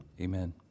Amen